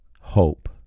hope